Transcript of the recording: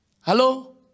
Hello